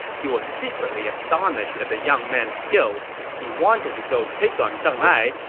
he was secretly astonished at the young man's skills. he wanted to go take on deng ai,